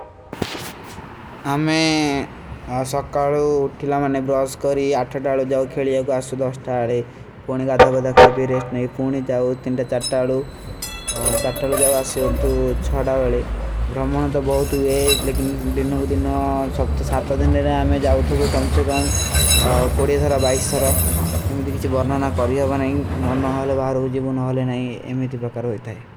ଆମେ ସକ୍କାଲୋ ଉଠିଲା ମାନେ ବ୍ରାଵସ କରୀ, ଆଠା ଟାଲୋ ଜାଓ ଖେଲୀ, ଏକ ଆଶ୍ଯୋ ଦସ୍ଥାଲେ, ପୁନୀ ଗାଧା ବଦା ଖାଯପୀ। ରେସ୍ଟ ନହୀଂ, ପୁନୀ ଜାଓ, ଥିନ୍ଟା ଚାଟ୍ଟାଲୋ, ଚାଟ୍ଟାଲୋ ଜାଓ ଆଶ୍ଯୋ ଉଦ୍ଦୂ ଛଡା ଵଲେ, ବ୍ରହମନୋ ତୋ ବହୁତ ହୁଏ, ଲେକିନ ଉଦ୍ଦୂ ଦିନ୍ନା ସବସ୍ତେ ସାଥା ଦିନ। ଲେନେ ଆମେ ଜାଓ ଥୋଗୋ କମଚ୍ଚେ କାମ, କୋଡେ ଥାରା, ବାଈଶ ଥାରା, ଅମେ ତୀ କିଛୀ ବର୍ଣାନା କରୀ ଅବ ନହୀଂ, ମର ନହାଲେ ବାହରୋ, ଜୀଵନ ନହାଲେ ନହୀଂ, ଏମେ ତୀ ପାକର ଵୈଂ ଥାଈ।